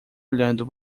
olhando